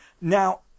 Now